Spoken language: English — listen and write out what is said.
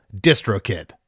DistroKid